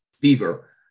Fever